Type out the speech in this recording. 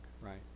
right